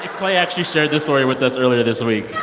clay actually shared this story with us earlier this week